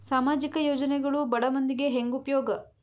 ಸಾಮಾಜಿಕ ಯೋಜನೆಗಳು ಬಡ ಮಂದಿಗೆ ಹೆಂಗ್ ಉಪಯೋಗ?